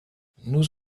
nous